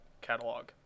catalog